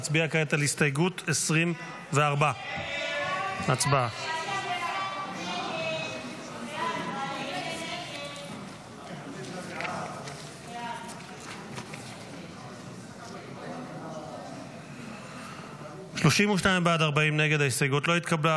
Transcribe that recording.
נצביע כעת על הסתייגות 24. הצבעה.